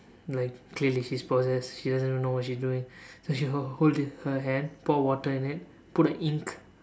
like clearly she's possessed she doesn't even know what she's doing so she hold her hand pour water in it put a ink